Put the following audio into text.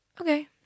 okay